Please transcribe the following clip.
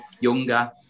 younger